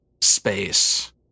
space